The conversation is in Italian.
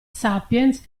sapiens